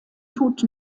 tut